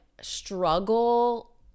struggle